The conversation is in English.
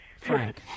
Frank